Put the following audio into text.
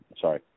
sorry